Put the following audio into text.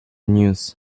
news